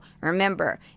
remember